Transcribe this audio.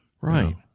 Right